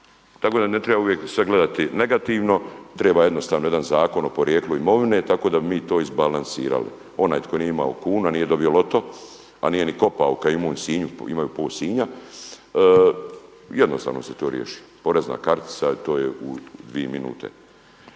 tako da ne treba uvijek sve gledati negativno. Treba jednostavno jedan zakon o porijeklu imovine tako da bi mi to izbalansirali. Onaj tko nije imao kuna, nije dobio loto, a nije niti kopao kao i u mom Sinju imaju pol Sinja, jednostavno se to riješi, porezna kartica i to je u dvije minute.